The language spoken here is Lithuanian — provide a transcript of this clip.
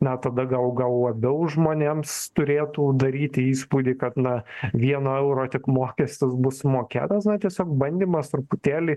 na tada gal gal labiau žmonėms turėtų daryti įspūdį kad na vieno euro tik mokestis bus sumokėtas na tiesiog bandymas truputėlį